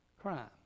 Crime